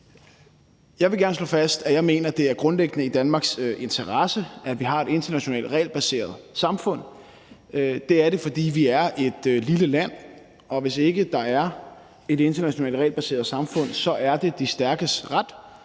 Jeg vil gerne slå fast, at jeg mener, at det grundlæggende er i Danmarks interesse, at vi har et internationalt regelbaseret samfund. Det er det, fordi vi er et lille land, og hvis ikke der er et internationalt regelbaseret samfund, er det de stærkes ret,